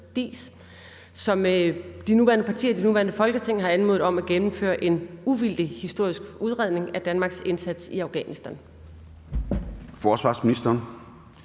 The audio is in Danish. i det nuværende Folketing har anmodet om at gennemføre en uvildig historisk udredning af Danmarks indsats i Afghanistan?